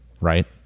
right